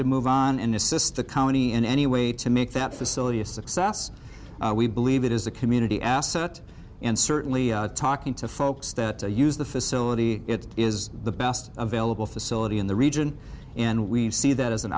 to move on and assist the county in any way to make that facility a success we believe it is a community asset and certainly talking to folks that use the facility it is the best available facility in the region and we've see that as an